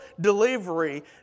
delivery